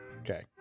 Okay